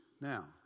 Now